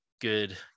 good